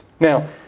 Now